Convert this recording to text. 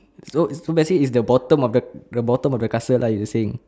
so basically is the bottom of the the bottom of the castle lah you're saying